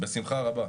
בשמחה רבה.